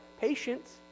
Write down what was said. patience